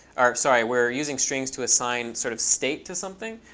sorry, we're using strings to assign sort of state to something.